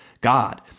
God